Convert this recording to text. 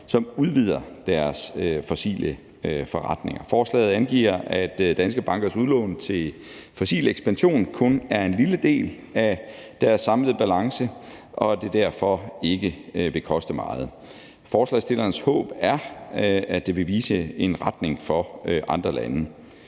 som udvider deres fossile forretninger. Forslaget angiver, at danske bankers udlån til fossil ekspansion kun er en lille del af deres samlede balance, og at det derfor ikke vil koste meget. Forslagsstillernes håb er, at det vil vise en retning for andre lande.